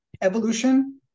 evolution